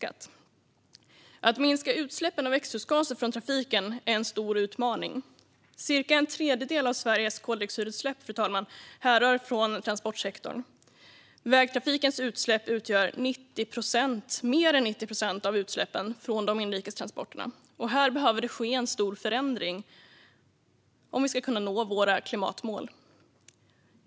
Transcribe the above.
Att minska utsläppen av växthusgaser från trafiken är en stor utmaning. Cirka en tredjedel av Sveriges koldioxidutsläpp, fru talman, härrör från transportsektorn. Vägtrafikens utsläpp utgör mer än 90 procent av utsläppen från de inrikes transporterna. Här behöver det ske en stor förändring om vi ska kunna nå våra klimatmål.